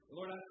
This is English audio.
Lord